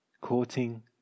courting